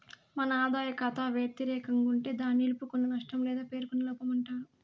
మన ఆదాయ కాతా వెతిరేకం గుంటే దాన్ని నిలుపుకున్న నష్టం లేదా పేరుకున్న లోపమంటారు